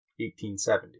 1870